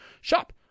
Shop